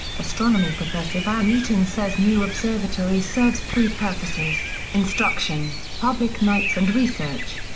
astronomy professor van eaton says new observatory serves three purposes instruction, public nights and research.